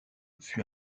fut